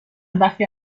وقتی